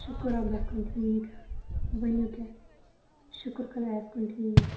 شُکُر رۄبَس کُن ٹھیٖک ؤنِو کیٛاہ شُکُر خۄدایَس کُن ٹھیٖک